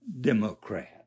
Democrat